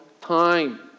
time